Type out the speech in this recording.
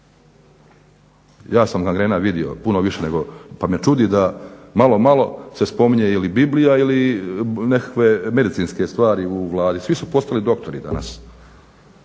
Ja sam gangrena vidio puno više pa me čudi da malo-malo se spominje ili Biblija ili nekakve medicinske stvari u Vladi. Svi su postali doktori danas,